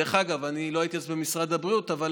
דרך אגב, אני לא הייתי אז במשרד הבריאות, אבל